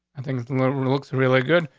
and think the little looks really good.